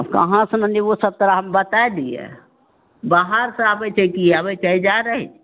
कहाँ सँ आनलियै ओ सभ तोरा हम बताए दियै बाहरसँ आबै छै कि आबै छै कि जा